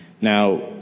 Now